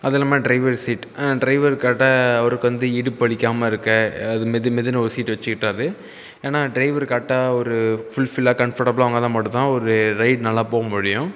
அது இல்லாம driver seat driver கரெக்ட்டா அவருக்கு வந்து இடுப்பு வலிக்காமல் இருக்க அது மெது மெதுன்னு ஒரு சீட் வைச்சிக்கிட்டாரு ஏன்னா ட்ரைவர் கரெக்ட்டா ஒரு ஃபுல்ஃபில்லாக கம்ஃபர்ட்டபிளாக இருந்தால் மட்டும் தான் ஒரு ரைடு நல்லா போக முடியும்